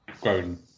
grown